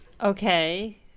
okay